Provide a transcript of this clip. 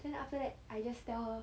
then after that I just tell her